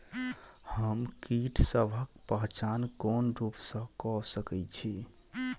हम कीटसबक पहचान कोन रूप सँ क सके छी?